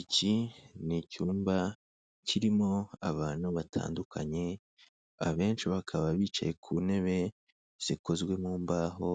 Iki ni icyumba kirimo abantu batandukanye, abenshi bakaba bicaye ku ntebe, zikozwe mu mbaho,